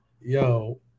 yo